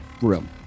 room